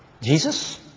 Jesus